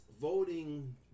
voting